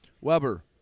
Weber